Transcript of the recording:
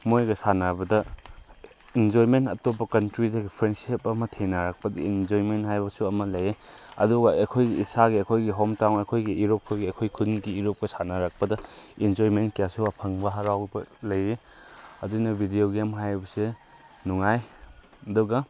ꯃꯣꯏꯒ ꯁꯥꯟꯅꯕꯗ ꯏꯟꯖꯣꯏꯃꯦꯟ ꯑꯇꯣꯞꯄ ꯀꯟꯇ꯭ꯔꯤꯗꯒꯤ ꯐ꯭ꯔꯦꯟꯁꯤꯞ ꯑꯃ ꯊꯦꯡꯅꯔꯛꯄꯒꯤ ꯏꯟꯖꯣꯏꯃꯦꯟ ꯍꯥꯏꯕꯁꯨ ꯑꯃ ꯂꯩ ꯑꯗꯨꯒ ꯑꯩꯈꯣꯏꯒꯤ ꯏꯁꯥꯒꯤ ꯑꯩꯈꯣꯏꯒꯤ ꯍꯣꯝꯇꯥꯎꯟ ꯑꯩꯈꯣꯏꯒꯤ ꯏꯔꯨꯞꯄꯒꯤ ꯑꯩꯈꯣꯏ ꯈꯨꯟꯒꯤ ꯏꯔꯨꯞꯀ ꯁꯥꯟꯅꯔꯛꯄꯗ ꯏꯟꯖꯣꯏꯃꯦꯟ ꯀꯌꯥꯁꯨ ꯐꯪꯕ ꯍꯔꯥꯎꯕ ꯂꯩ ꯑꯗꯨꯅ ꯚꯤꯗꯤꯑꯣ ꯒꯦꯝ ꯍꯥꯏꯕꯁꯦ ꯅꯨꯡꯉꯥꯏ ꯑꯗꯨꯒ